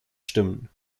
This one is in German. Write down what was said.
stimmen